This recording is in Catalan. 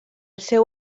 seu